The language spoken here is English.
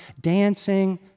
dancing